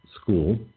school